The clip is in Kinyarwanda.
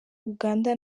uganda